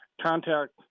contact